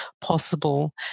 possible